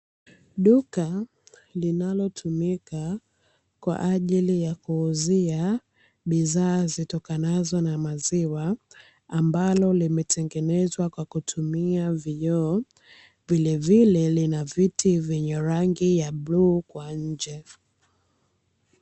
Duka linalotumika kwa ajili ya kuuzia bidhaa zitokanazo na maziwa ambalo limetengenezwa kwa kutumia vioo, vilevile lina viti vyenye rangi ya bluu kwa nje.